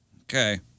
Okay